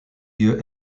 lieu